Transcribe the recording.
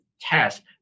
test